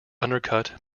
undercut